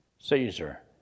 Caesar